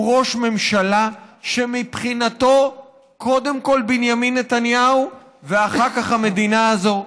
הוא ראש ממשלה שמבחינתו קודם כול בנימין נתניהו ואחר כך המדינה הזו,